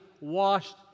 washed